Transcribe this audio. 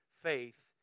faith